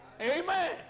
Amen